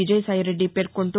విజయసాయి రెడ్డి పేర్కొంటూ